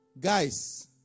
Guys